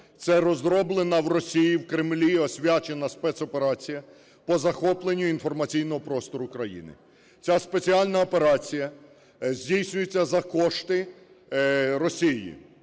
це розроблена в Росії, в Кремлі освячена спецоперація по захопленню інформаційного простору країни. Ця спеціальна операція здійснюється за кошти Росії.